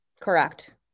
Correct